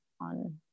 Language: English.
on